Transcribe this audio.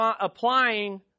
applying